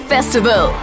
Festival